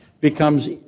becomes